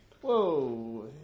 Whoa